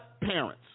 parents